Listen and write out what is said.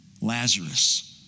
Lazarus